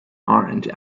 orange